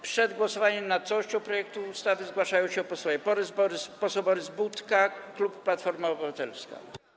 Przed głosowaniem nad całością projektu ustawy zgłaszają się posłowie: poseł Borys Budka, klub Platforma Obywatelska.